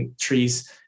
trees